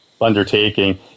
undertaking